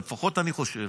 אבל אני חושב